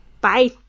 Bye